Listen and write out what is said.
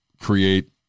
create